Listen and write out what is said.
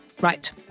Right